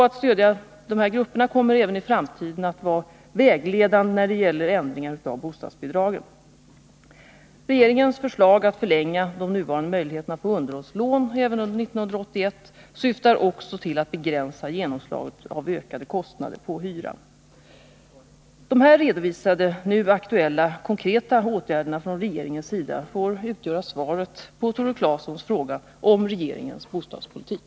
Att stödja dessa grupper kommer även i framtiden att vara vägledande när det gäller ändringar av bostadsbidragen. Regeringens förslag att förlänga de nuvarande möjligheterna att få underhållslån även under år 1981 syftar också till att begränsa genomslaget av ökade kostnader på hyran. De här redovisade, nu aktuella, konkreta åtgärderna från regeringens sida får utgöra svaret på Tore Claesons fråga om regeringens bostadspolitik.